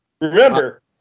Remember